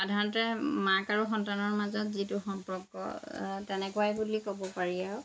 সাধাৰণতে মাক আৰু সন্তানৰ মাজত যিটো সম্পৰ্ক তেনেকুৱাই বুলি ক'ব পাৰি আৰু